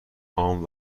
عام